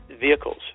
vehicles